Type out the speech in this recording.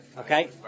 Okay